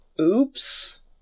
Oops